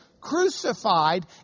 crucified